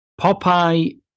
Popeye